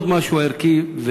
עוד משהו ערכי,